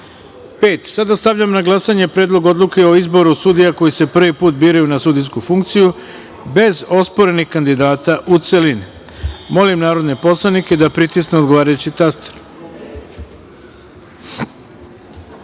Požarevcu. Stavljam na glasanje Predlog odluke o izboru sudija koji se prvi put biraju na sudijsku funkciju, bez osporenih kandidata u celini. Molim narodne poslanike da pritisnu odgovarajući